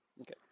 Okay